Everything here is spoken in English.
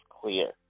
clear